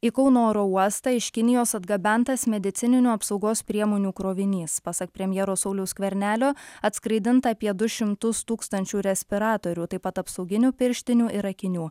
į kauno oro uostą iš kinijos atgabentas medicininių apsaugos priemonių krovinys pasak premjero sauliaus skvernelio atskraidinta apie du šimtus tūkstančių respiratorių taip pat apsauginių pirštinių ir akinių